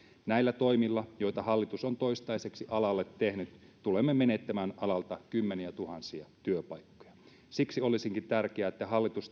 näillä toimilla joita hallitus on toistaiseksi alalle tehnyt tulemme menettämään alalta kymmeniätuhansia työpaikkoja siksi olisikin tärkeää että hallitus